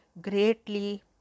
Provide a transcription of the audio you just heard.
greatly